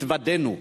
התבדינו.